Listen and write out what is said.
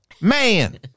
Man